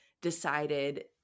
decided